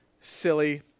silly